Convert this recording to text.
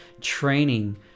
training